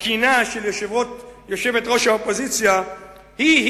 הקינה של יושבת-ראש האופוזיציה היא,